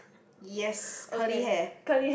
yes curly hair